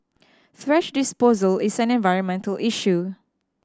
thrash disposal is an environmental issue